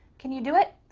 can you do it?